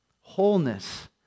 Wholeness